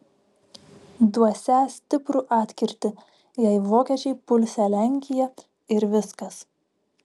duosią stiprų atkirtį jei vokiečiai pulsią lenkiją ir viskas